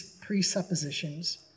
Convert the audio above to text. presuppositions